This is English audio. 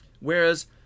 Whereas